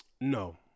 No